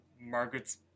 Margaret's